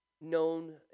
known